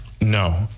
No